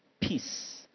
peace